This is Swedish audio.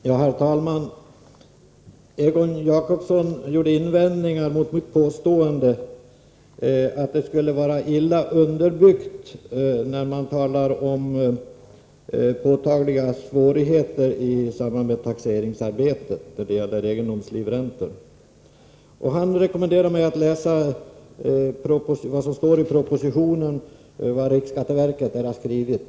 Herr talman! Egon Jacobsson gjorde invändningar mot mitt påstående att talet om påtagliga svårigheter i samband med taxeringsarbetet när det gäller egendomslivräntor skulle vara illa underbyggt. Han rekommenderade mig att läsa vad som står i propositionen beträffande riksskatteverkets synpunkter.